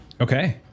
okay